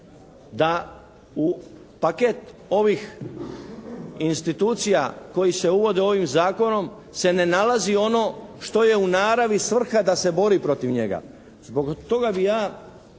da u paket ovih institucija koji se uvode ovim Zakonom se ne nalazi ono što je u naravi svrha da se bori protiv njega. Zbog toga bih ja